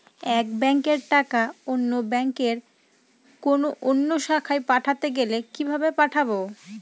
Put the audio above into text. এক ব্যাংকের টাকা অন্য ব্যাংকের কোন অন্য শাখায় পাঠাতে গেলে কিভাবে পাঠাবো?